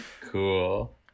Cool